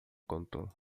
contou